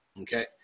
okay